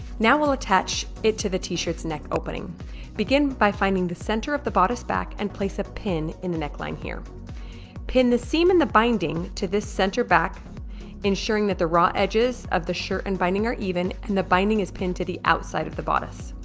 now we'll attach it to the t-shirts neck opening begin by finding the center of the bodice back and place a pin in the neckline here pin the seam in the binding to this center back ensuring that the raw edges of the shirt and binding are even and the binding is pinned to the outside of the bodice